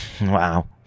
Wow